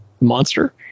monster